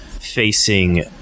facing